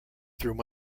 through